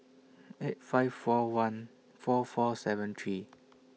eight five four one four four seven three